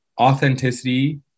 authenticity